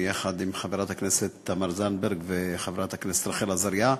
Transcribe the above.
חברת הכנסת תמר זנדברג וחברת הכנסת רחל עזריה,